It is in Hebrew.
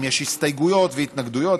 אם יש הסתייגויות והתנגדויות,